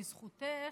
בזכותך,